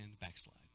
backslide